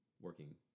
working